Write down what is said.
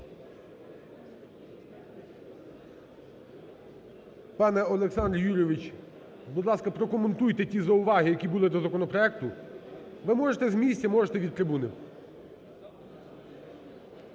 Пане Олександр Юрійович, будь ласка, прокоментуйте ті зауваги, які були до законопроекту. Ви можете з місця, можете від трибуни.